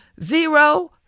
zero